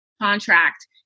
contract